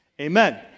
Amen